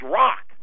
rock